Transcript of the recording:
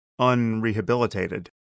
unrehabilitated